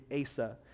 Asa